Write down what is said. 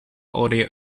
audio